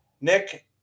Nick